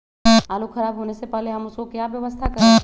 आलू खराब होने से पहले हम उसको क्या व्यवस्था करें?